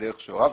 בדרך שהורה,